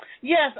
Yes